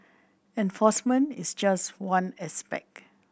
enforcement is just one aspect